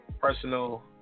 personal